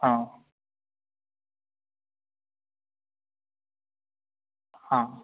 ആ ആ